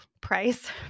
price